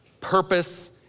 purpose